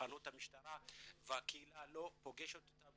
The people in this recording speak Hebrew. תחנת המשטרה והקהילה לא פוגשת אותם,